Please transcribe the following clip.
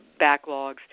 backlogs